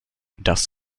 das